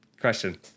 Question